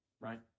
right